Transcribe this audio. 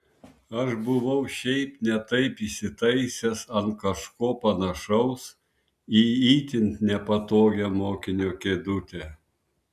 aš buvau šiaip ne taip įsitaisęs ant kažko panašaus į itin nepatogią mokinio kėdutę